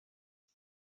گوش